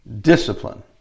Discipline